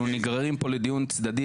אנחנו נגררים פה לדיון צדדי,